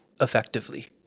effectively